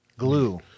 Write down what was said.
glue